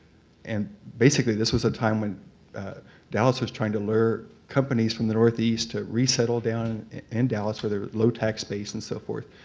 and basically this was a time when dallas was trying to lure companies from the northeast to resettle down in dallas where there low tax base and so forth.